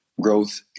growth